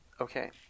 Okay